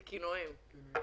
בבקשה.